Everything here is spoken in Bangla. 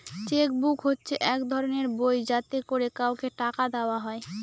চেক বুক হচ্ছে এক ধরনের বই যাতে করে কাউকে টাকা দেওয়া হয়